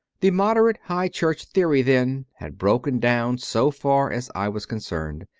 the moderate high church theory, then, had broken down so far as i was concerned,